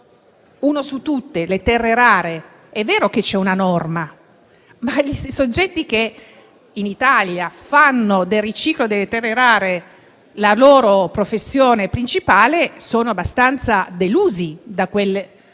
uno su tutti, quello delle terre rare. È vero che c'è una norma, ma gli stessi soggetti che in Italia fanno del riciclo delle terre rare la loro professione principale sono abbastanza delusi da quell'articolo.